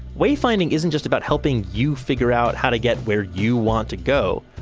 wayfinding isn't just about helping you figure out how to get where you want to go.